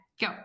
Go